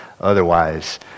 Otherwise